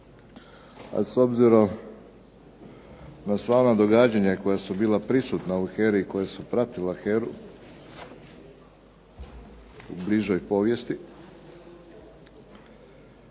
a s obzirom na sva ona događanja koja su bila prisutna u HERA-i i koja su pratila HERA-u u bližoj povijesti